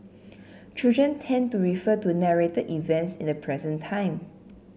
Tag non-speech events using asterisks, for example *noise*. *noise* children tend to refer to narrated events in the present time